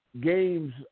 games –